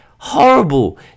Horrible